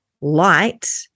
light